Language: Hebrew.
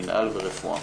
מינהל ורפואה.